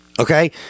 Okay